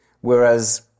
whereas